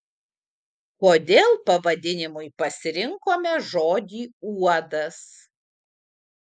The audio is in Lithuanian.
kodėl pavadinimui pasirinkome žodį uodas